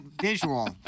visual